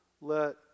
let